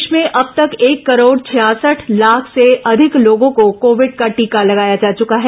देश में अब तक एक करोड़ छियासठ लाख से अधिक लोगों को कोविड का टीका लगाया जा चुका है